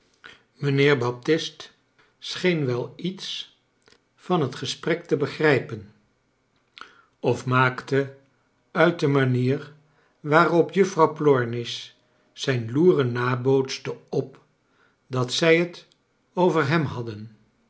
mijnheer baptist scheen wel iets van het gesprek te begrijpen of maakte uit de manier waarop juffrouw plornish zijn loeren nabootste op dat zij t over hem hadden